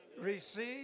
receive